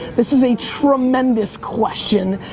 this is a tremendous question.